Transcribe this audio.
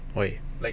why